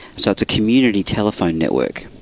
so it's a community telephone network,